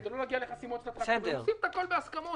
כדי לא להגיע לחסימות עושות הכול בהסכמות.